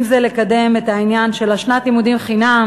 אם זה לקדם את העניין של שנת הלימודים חינם